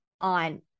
on